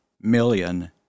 million